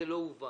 זה לא הובא.